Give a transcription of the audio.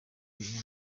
ibihumbi